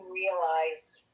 realized